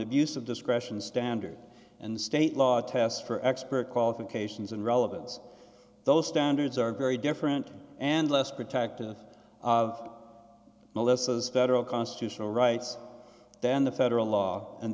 of discretion standard and state law test for expert qualifications and relevance those standards are very different and less protective of melissa's federal constitutional rights than the federal law and